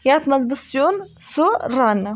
یَتھ منز بہٕ سِیُن سُہ رَنہٕ